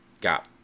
got